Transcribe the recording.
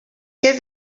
què